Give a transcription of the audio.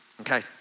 okay